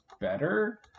better